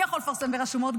מי יכול לפרסם ברשומות?